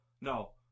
No